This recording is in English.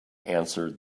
answered